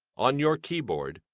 on your keyboard,